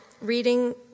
reading